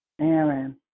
Aaron